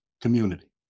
community